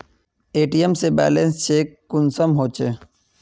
ATM से balance check कुंसम होचे?